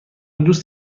دوست